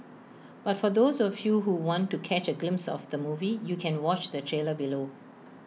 but for those of you who want to catch A glimpse of the movie you can watch the trailer below